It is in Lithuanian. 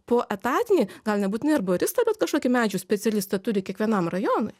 po etatinį gal nebūtinai arboristą bet kažkokį medžių specialistą turi kiekvienam rajonui